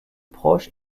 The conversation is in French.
proche